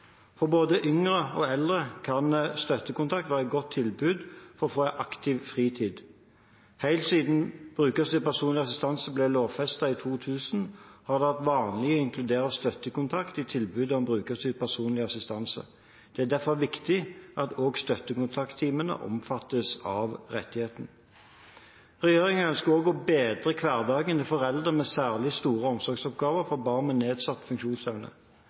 For både yngre og eldre kan støttekontakt være et godt tilbud for å få en aktiv fritid. Helt siden brukerstyrt personlig assistanse ble lovfestet i 2000, har det vært vanlig å inkludere støttekontakt i tilbudet om brukerstyrt personlig assistanse. Det er derfor viktig at òg støttekontakttimene omfattes av rettigheten. Regjeringen ønsker òg å bedre hverdagen til foreldre med særlig store omsorgsoppgaver for barn med nedsatt funksjonsevne.